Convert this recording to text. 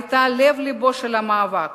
היתה לב-לבו של המאבק.